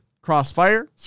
Crossfire